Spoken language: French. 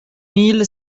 mille